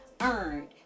Earned